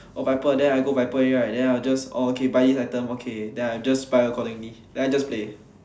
oh viper then I go viper already right then I just oh okay buy this item okay then I just buy accordingly then I just play